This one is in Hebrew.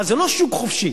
זה לא שוק חופשי.